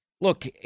Look